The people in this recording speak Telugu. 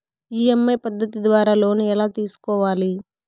ఇ.ఎమ్.ఐ పద్ధతి ద్వారా లోను ఎలా తీసుకోవాలి